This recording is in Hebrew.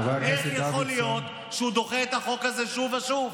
איך יכול להיות שהוא דוחה את החוק הזה שוב ושוב?